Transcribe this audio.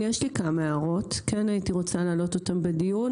יש לי כמה הערות, הייתי רוצה להעלות בדיון.